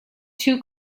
two